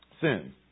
Sin